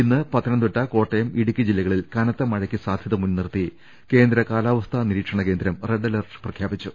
ഇന്ന് പത്തനംതിട്ട കോട്ടയം ഇടുക്കി ജില്ലകളിൽ കനത്ത മഴയ്ക്ക് സാധ്യത മുൻനിർത്തി കേന്ദ്ര കാലാവസ്ഥാ നിരീക്ഷണ കേന്ദ്രം റെഡ് അലർട്ട് പ്രഖ്യാപിച്ചു